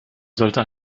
sollte